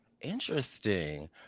Interesting